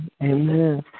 Amen